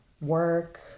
work